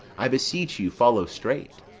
i beseech you follow straight.